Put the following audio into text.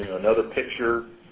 another picture,